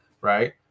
right